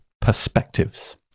perspectives